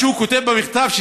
מה שהוא כותב במכתב,